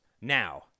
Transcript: now